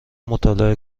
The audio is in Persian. مطالعه